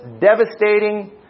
devastating